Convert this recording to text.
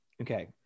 Okay